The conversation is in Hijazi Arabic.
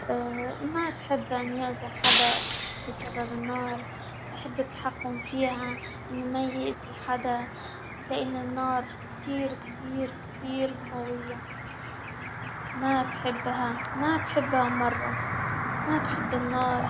ما بحب أن يأذي أحدا بسبب النار بحب التحكم إن ما يأذي حدا لإن النار كتير كتير كتير قوية، ما بحبها ما بحبها مرة، ما تحب النار.